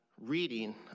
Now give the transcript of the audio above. reading